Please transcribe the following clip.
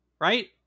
Right